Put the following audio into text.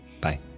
Bye